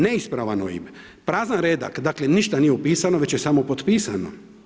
Neispravan OIB, prazan redak, dakle ništa nije upisano već je samo potpisano.